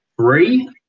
three